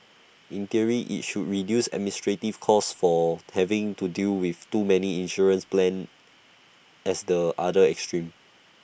in theory IT should reduce administrative costs for having to deal with too many insurance plans as the other extreme